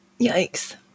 yikes